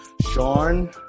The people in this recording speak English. Sean